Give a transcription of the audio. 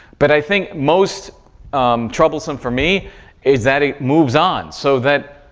but i think most troublesome for me is that it moves on so that,